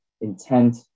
intent